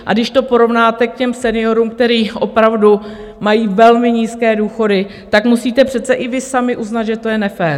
A když to porovnáte k těm seniorům, kteří opravdu mají velmi nízké důchody, tak musíte přece i vy sami uznat, že to je nefér.